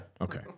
Okay